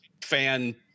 fan